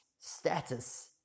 status